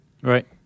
Right